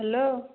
hello